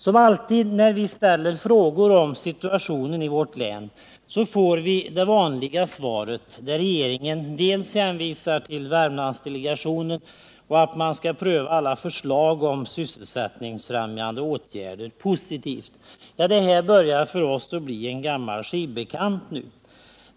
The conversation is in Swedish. Som alltid när vi ställer frågor om situationen i vårt län får vi ett svar, där regeringen dels hänvisar till Värmlandsdelegationen, dels förklarar att man skall pröva alla förslag om sysselsättningsfrämjande åtgärder positivt. Det börjar för oss bli en gammal skivbekant.